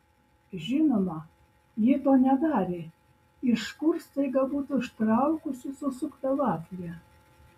žinoma ji to nedarė iš kur staiga būtų ištraukusi susuktą vaflį